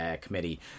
Committee